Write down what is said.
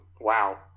Wow